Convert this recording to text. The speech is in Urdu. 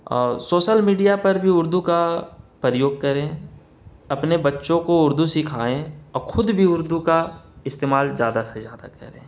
اور سوسل میڈیا پر بھی اردو کا پرریوگ کریں اپنے بچوں کو اردو سکھائیں اور خود بھی اردو کا استعمال زیادہ سے زیادہ کریں